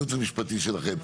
הייעוץ המשפטי שלכם,